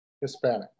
Hispanic